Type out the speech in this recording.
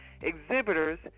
exhibitors